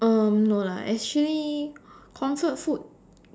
um no lah actually comfort food